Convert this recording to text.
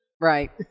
Right